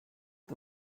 the